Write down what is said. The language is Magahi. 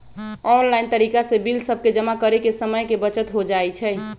ऑनलाइन तरिका से बिल सभके जमा करे से समय के बचत हो जाइ छइ